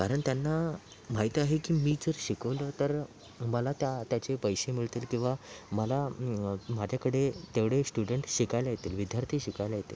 कारण त्यांना माहिती आहे की मी जर शिकवलं तर मला त्या त्याचे पैसे मिळतील तेव्हा मला माझ्याकडे तेवढे स्टुडंट शिकायला येतील विद्यार्थी शिकायला येतील